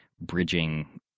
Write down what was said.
bridging